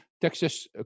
Texas